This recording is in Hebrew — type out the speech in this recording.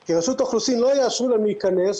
כי רשות האוכלוסין לא יאשרו להם להיכנס.